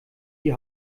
die